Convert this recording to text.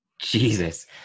Jesus